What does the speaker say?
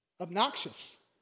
obnoxious